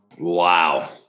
Wow